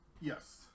yes